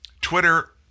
Twitter